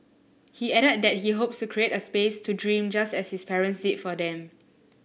he added that he hopes to create a space to dream just as his parents did for him